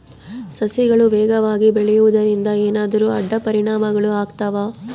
ಸಸಿಗಳು ವೇಗವಾಗಿ ಬೆಳೆಯುವದರಿಂದ ಏನಾದರೂ ಅಡ್ಡ ಪರಿಣಾಮಗಳು ಆಗ್ತವಾ?